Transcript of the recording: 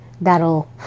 that'll